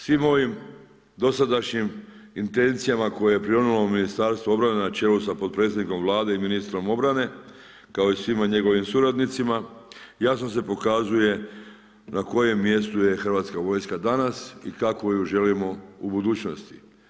Svim ovim dosadašnjim intencijama koje je prionulo Ministarstvo obrane na čelu sa potpredsjednikom Vlade i ministrom obrane kao i svim njegovim suradnicima jasno se pokazuje na kojem je mjestu hrvatska vojska danas i kakvu ju želimo u budućnosti.